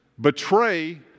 betray